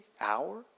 hour